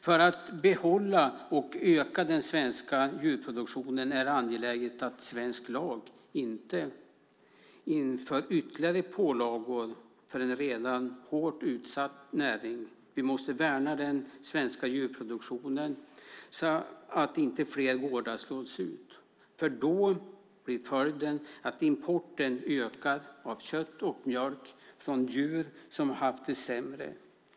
För att behålla och öka den svenska djurproduktionen är det angeläget att svensk lag inte inför ytterligare pålagor för en redan hårt utsatt näring. Vi måste värna den svenska djurproduktionen så att inte fler gårdar slås ut, för då blir följden att importen ökar av kött och mjölk från djur som har haft det sämre.